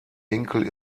enkel